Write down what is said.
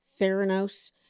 Theranos